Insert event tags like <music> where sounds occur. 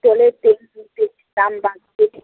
<unintelligible>